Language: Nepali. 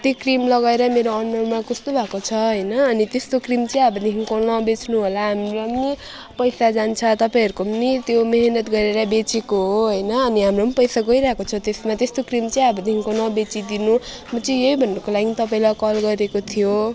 त्यो क्रिम लगाएर मेरो अनुहारमा कस्तो भएको छ होइन अनि त्यस्तो क्रिम चाहिँ अबदेखिको नबेच्नु होला हामीलाई पनि नि पैसा जान्छ तपाईँहरूको पनि नि त्यो मिहिनेत गरेर बेचेको हो होइन अनि हाम्रो पनि पैसा गइरहेको छ त्यसमा त्यस्तो क्रिम चाहिँ अबदेखिको नबेचिदिनु म चाहिँ यही भन्नुको लागि तपाईँलाई कल गरेको थियो